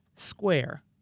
Square